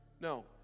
No